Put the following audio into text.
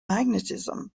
magnetism